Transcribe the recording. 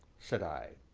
said i.